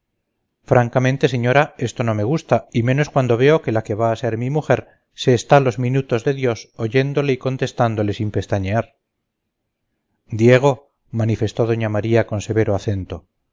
francamente señora esto no me gusta y menos cuando veo que la que va a ser mi mujer se está los minutos de dios oyéndole y contestándole sin pestañear diego manifestó doña maría con severo acento